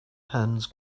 hands